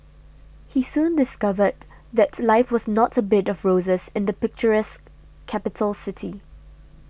he soon discovered that life was not a bed of roses in the picturesque capital city